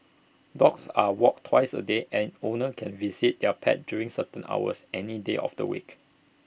dogs are walked twice A day and owners can visit their pets during certain hours any day of the week